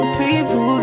people